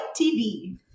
TV